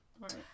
Right